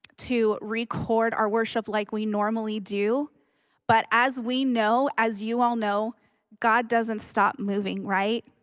to record our worship like we normally do but as we know as you all know god doesn't stop moving right.